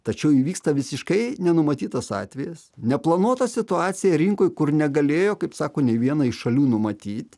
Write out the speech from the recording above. tačiau įvyksta visiškai nenumatytas atvejis neplanuota situacija rinkoj kur negalėjo kaip sako nei viena iš šalių numatyt